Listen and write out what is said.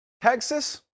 Texas